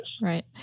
Right